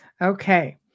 Okay